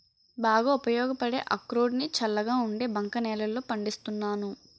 బాగా ఉపయోగపడే అక్రోడ్ ని చల్లగా ఉండే బంక నేలల్లో పండిస్తున్నాను